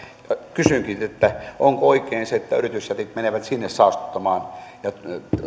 kysynkin onko oikein se että yritysjätit menevät sinne saastuttamaan ja